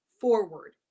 forward